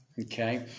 okay